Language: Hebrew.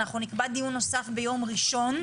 אנחנו נקבע דיון נוסף ביום ראשון.